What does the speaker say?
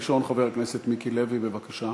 ראשון, חבר הכנסת מיקי לוי, בבקשה.